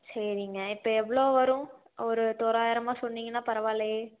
சரிங்க இப்போ எவ்வளோ வரும் ஒரு தோராயமாக சொன்னிங்கன்னா பரவாயில்லையே